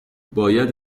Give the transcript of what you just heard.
باید